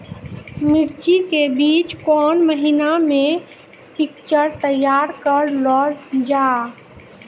मिर्ची के बीज कौन महीना मे पिक्चर तैयार करऽ लो जा?